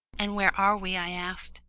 and where are we? i asked.